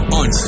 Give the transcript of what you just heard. on